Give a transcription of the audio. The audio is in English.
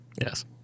Yes